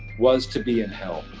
was to be in hell.